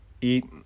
eat